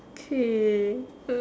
okay uh